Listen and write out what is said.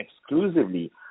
exclusively